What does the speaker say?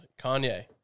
Kanye